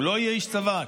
לא יהיה איש צבא,